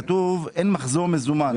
כתוב שאין מחזור מזומן.